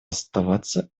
оставаться